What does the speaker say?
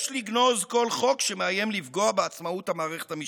יש לגנוז כל חוק שמאיים לפגוע בעצמאות המערכת המשפטית,